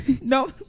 No